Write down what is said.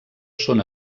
són